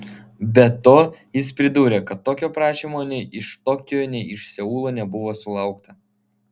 be to jis pridūrė kad tokio prašymo nei iš tokijo nei iš seulo nebuvo sulaukta